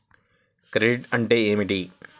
Credit అంటే ఏమిటి?